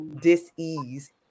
dis-ease